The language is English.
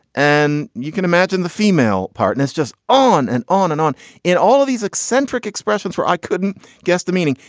and you can imagine the female partner is just on and on and on in all of these eccentric expressions for i couldn't guess the meaning.